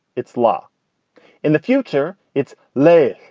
it's law in the future. it's late.